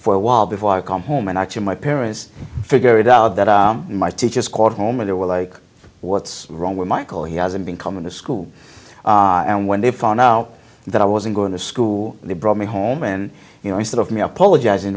for a while before i come home and actually my parents i figured out that my teachers called home or were like what's wrong with michael he hasn't been coming to school and when they found out that i wasn't going to school they brought me home and you know instead of me apologizing